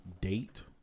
date